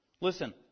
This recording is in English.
Listen